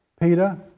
Peter